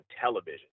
television